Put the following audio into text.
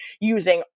using